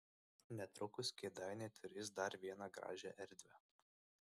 netrukus kėdainiai turės dar vieną gražią erdvę